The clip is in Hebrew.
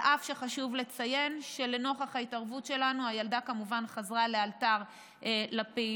אף שחשוב לציין שלנוכח ההתערבות שלנו הילדה כמובן חזרה לאלתר לפעילות.